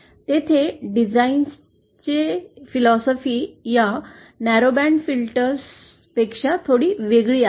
तेथे डिझाइनचे तत्त्वज्ञान या अरुंद बँड फिल्टर पेक्षा थोडे वेगळे आहे